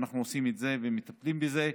ואנחנו עושים את זה ומטפלים בזה.